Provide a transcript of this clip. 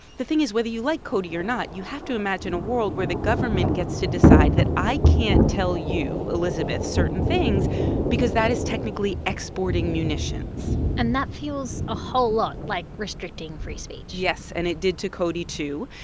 the thing is, whether you like cody or not, you have to imagine a world where the government gets to decide that i can't tell you, elizabeth, certain things because that is technically exporting munitions and that feels a whole lot like restricting free speech yes. and it did to cody, too.